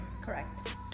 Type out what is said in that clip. Correct